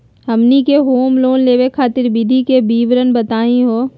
हमनी के home loan लेवे खातीर विधि के विवरण बताही हो?